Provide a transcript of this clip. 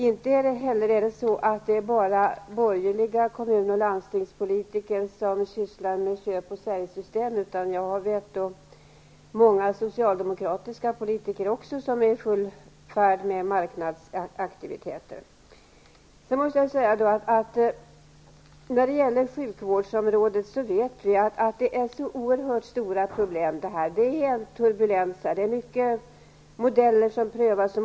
Det är inte heller bara borgerliga kommun och landstingspolitiker som sysslar med köp och säljsystem. Jag känner till många socialdemokratiska politiker som är i full färd med marknadsaktiviteter. På sjukvårdens område vet vi att det finns oerhört stora problem. Det är en turbulens. Man prövar många olika modeller och vägar.